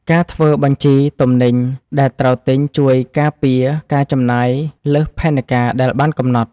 ការធ្វើបញ្ជីទំនិញដែលត្រូវទិញជួយការពារការចំណាយលើសផែនការដែលបានកំណត់។